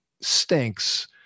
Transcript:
stinks